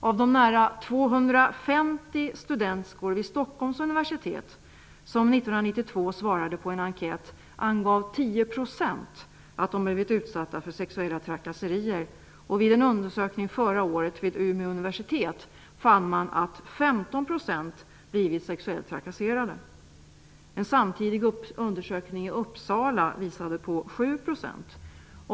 Av de nära 250 kvinnliga studenter vid Stockholms universitet som 1992 svarade på en enkät angav 10 % att de blivit utsatta för sexuella trakasserier, och vid en undersökning förra året vid Umeå universitet fann man att 15 % blivit sexuellt trakasserade. En samtidig undersökning i Uppsala visade på 7 %.